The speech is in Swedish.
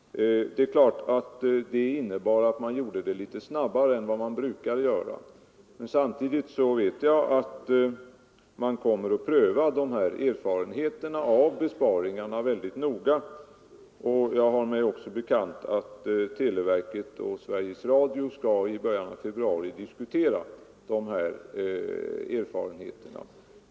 Detta innebar att man gjorde det litet snabbare än man tidigare avsett. Men samtidigt vet jag att man kommer att pröva erfarenheterna av besparingarna mycket noga. Jag har mig också bekant att televerket och Sveriges Radio i början av februari skall diskutera dessa erfarenheter.